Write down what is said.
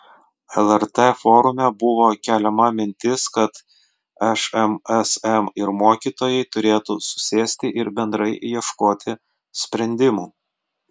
lrt forume buvo keliama mintis kad šmsm ir mokytojai turėtų susėsti ir bendrai ieškoti sprendimų